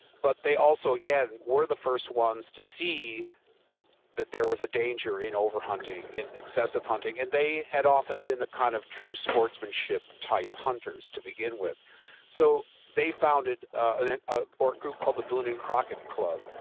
but they also again were the first ones to see that there was a danger in over hunting, in excess of hunting. and they had often been the kind of true sportsmanship type hunters to begin with so they founded and and ah a group called the boone and crocket club,